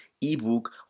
ebook